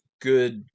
good